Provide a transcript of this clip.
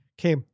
Okay